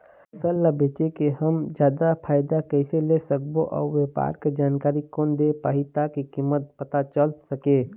फसल ला बेचे के हम जादा फायदा कैसे ले सकबो अउ व्यापार के जानकारी कोन दे पाही ताकि कीमत पता चल सके?